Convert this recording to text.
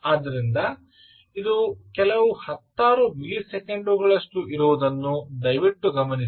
ಆದ್ದರಿಂದ ಇದು ಕೆಲವು ಹತ್ತಾರು ಮಿಲಿಸೆಕೆಂಡುಗಳಷ್ಟು ಇರುವುದನ್ನು ದಯವಿಟ್ಟು ಗಮನಿಸಿ